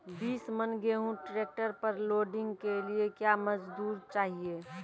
बीस मन गेहूँ ट्रैक्टर पर लोडिंग के लिए क्या मजदूर चाहिए?